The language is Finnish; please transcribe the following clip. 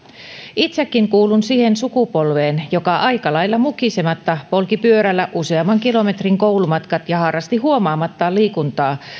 itsekin kuulun siihen sukupolveen joka aika lailla mukisematta polki pyörällä useamman kilometrin koulumatkat ja harrasti huomaamattaan liikuntaa